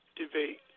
debate